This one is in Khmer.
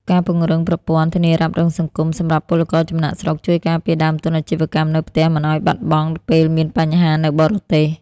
ការពង្រឹងប្រព័ន្ធ "ធានារ៉ាប់រងសង្គម" សម្រាប់ពលករចំណាកស្រុក ជួយការពារដើមទុនអាជីវកម្មនៅផ្ទះមិនឱ្យបាត់បង់ពេលមានបញ្ហានៅបរទេស។